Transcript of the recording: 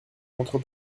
entre